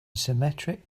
symmetric